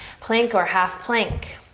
plank or half plank.